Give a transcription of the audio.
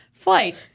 Flight